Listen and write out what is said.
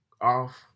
off